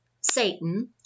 Satan